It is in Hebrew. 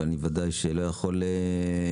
אני בוודאי לא יכול לפתוח,